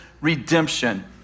redemption